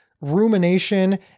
rumination